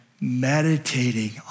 meditating